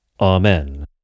Amen